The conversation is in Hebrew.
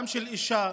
גם של אישה,